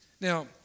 Now